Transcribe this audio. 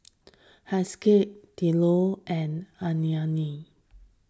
Haskell Diallo and Annetta